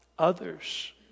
others